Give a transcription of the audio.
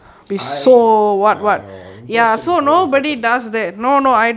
I ya I know impression is very important